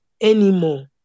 anymore